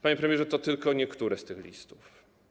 Panie premierze, to tylko niektóre z tych listów.